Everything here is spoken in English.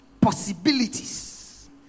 possibilities